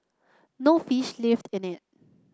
no fish lived in it